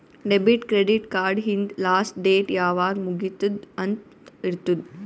debit, credit card ಹಿಂದ್ last date ಯಾವಾಗ್ ಮುಗಿತ್ತುದ್ ಅಂತ್ ಇರ್ತುದ್